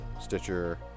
stitcher